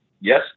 Yes